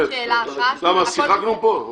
שיחקנו פה?